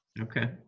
Okay